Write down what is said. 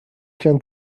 can